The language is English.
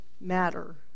Matter